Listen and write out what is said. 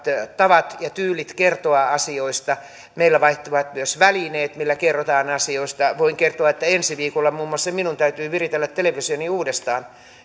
tavat ja tyylit kertoa asioista meillä vaihtuvat myös välineet millä kerrotaan asioista voin kertoa että ensi viikolla muun muassa minun täytyy viritellä televisioni uudestaan